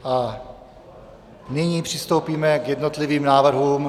A nyní přistoupíme k jednotlivým návrhům.